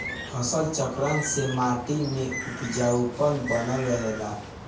फसल चक्र से माटी में उपजाऊपन बनल रहेला